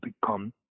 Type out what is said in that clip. become